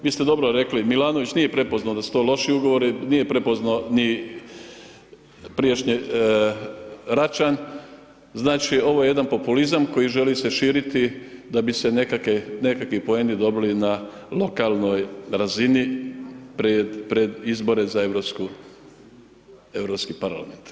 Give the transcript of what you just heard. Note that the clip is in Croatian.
Vi ste dobro rekli, Milanović nije prepoznao da su to loši ugovori, nije prepoznao prijašnji Račan, znači ovo je jedan populizam koji želi se širiti da bi se nekakvi poeni dobili na lokalnoj razini pred izbore za Europski parlament.